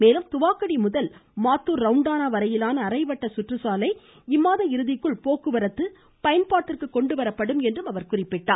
மேலும் துவாக்குடி முதல் மாத்தூர் ரவுண்டானா வரையிலான அரைவட்ட சுற்றுச்சாலை இம்மாத இறுதிக்குள் போக்குவரத்து பயன்பாட்டிற்கு கொண்டுவரப்படும் என்றும் அவர் கூறினார்